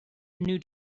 knew